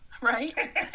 Right